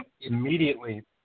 immediately